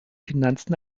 finanzen